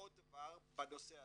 עוד דבר בנושא הזה,